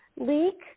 leak